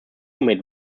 made